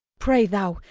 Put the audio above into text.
pray thou,